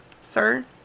sir